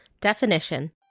definition